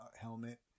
helmet